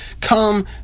come